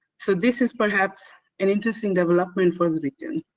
so this is perhaps an interesting development for the region.